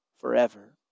forever